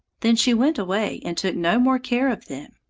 then she went away and took no more care of them.